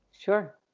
Sure